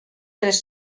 tres